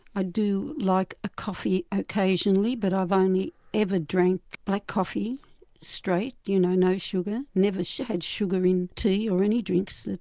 i do like a coffee occasionally but i've only ever drank black coffee straight, you know no sugar, never had sugar in tea or any drinks,